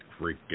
freaking